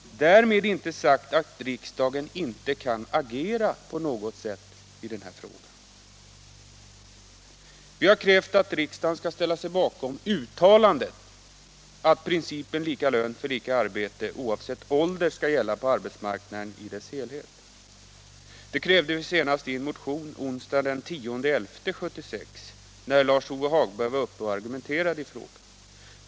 Därmed inte sagt att riksdagen inte kan agera på något sätt i den här frågan. Vi har krävt att riksdagen skall ställa sig bakom uttalandet att principen lika lön för lika arbete oavsett ålder skall gälla på arbetsmarknaden i dess helhet. Det krävde vi senast i en motion som diskuterades onsdagen den 10 november 1976, när Lars-Ove Hagberg var uppe och argumenterade i frågan.